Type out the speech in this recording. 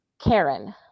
Karen